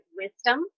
wisdom